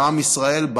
בעם ישראל,